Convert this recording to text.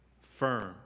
firm